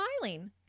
smiling